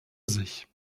sich